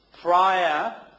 prior